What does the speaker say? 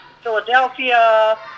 Philadelphia